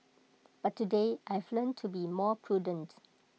but today I've learnt to be more prudent